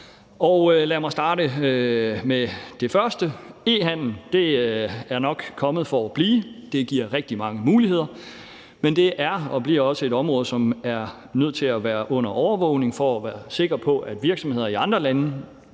Lad mig starte med det første. E-handel er nok kommet for at blive. Det giver rigtig mange muligheder, men det er og bliver også et område, som er nødt til at være under overvågning, for at man kan være sikker på, at virksomheder i andre EU-lande,